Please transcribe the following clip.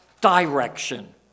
direction